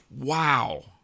Wow